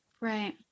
right